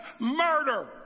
murder